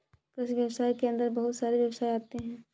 कृषि व्यवसाय के अंदर बहुत सारे व्यवसाय आते है